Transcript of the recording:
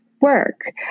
work